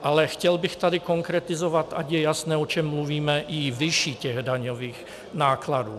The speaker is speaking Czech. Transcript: Ale chtěl bych tady konkretizovat, ať je jasné, o čem mluvíme, i výši těch daňových nákladů.